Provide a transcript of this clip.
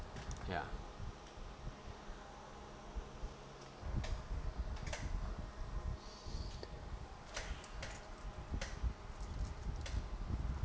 ya